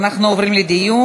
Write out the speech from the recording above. אנחנו עוברים לדיון.